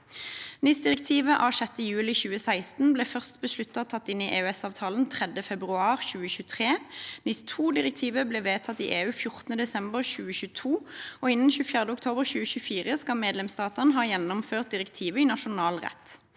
NIS-direktivet av 6. juli 2016 ble først besluttet tatt inn i EØS-avtalen 3. februar 2023. NIS2-direktivet ble vedtatt i EU 14. desember 2022. Innen 24. oktober 2024 skal medlemsstatene ha gjennomført direktivet i nasjonal rett.